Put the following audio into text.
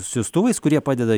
siųstuvais kurie padeda